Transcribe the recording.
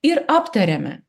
ir aptariame